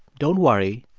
don't worry,